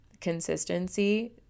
consistency